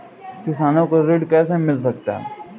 किसानों को ऋण कैसे मिल सकता है?